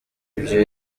ibyo